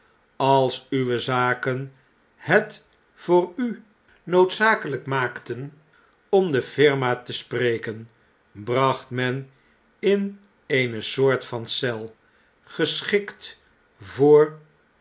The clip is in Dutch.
als uwe zaken het voor u noodzakeljjk maakten om de firma te spreken bracht men u in eene soort van eel geschikt voor